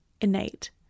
innate